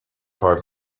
five